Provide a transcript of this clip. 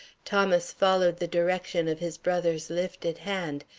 thomas followed the direction of his brother's lifted hand,